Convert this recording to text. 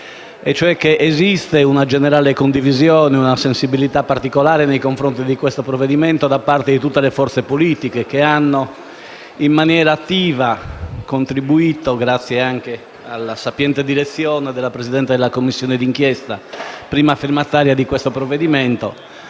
esistono una generale condivisione ed una sensibilità particolare nei confronti di questo provvedimento da parte di tutte le forze politiche che hanno contribuito in maniera attiva, grazie anche alla sapiente direzione della Presidente della Commissione d'inchiesta, prima firmataria del disegno